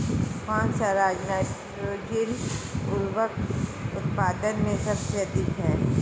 कौन सा राज नाइट्रोजन उर्वरक उत्पादन में सबसे अधिक है?